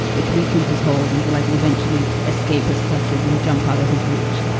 which weakened his hold until i could eventually escape his clutches and jump out of his reach.